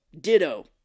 Ditto